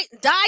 die